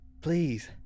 Please